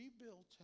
rebuilt